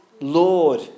Lord